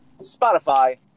Spotify